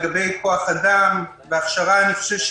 לגבי כוח אדם והכשרה.